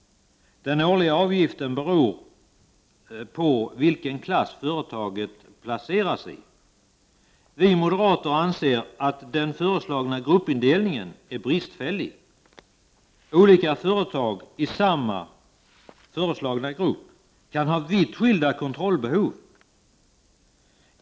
Den årliga avgiften beror på vilken klass företaget placeras i. Vi moderater anser att den föreslagna gruppindelningen är bristfällig. Olika företag i samma föreslagna grupp kan ha vitt skilda kontrollbehov.